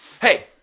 Hey